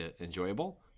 enjoyable